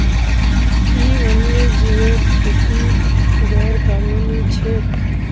कि वन्यजीवेर खेती गैर कानूनी छेक?